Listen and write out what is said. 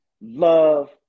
love